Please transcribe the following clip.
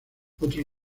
otro